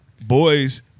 boys